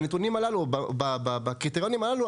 בקריטריונים הללו,